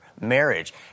marriage